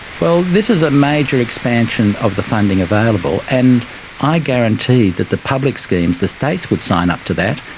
well, this is a major expansion of the funding available, and i guarantee that the public schemes, the states would sign up to that,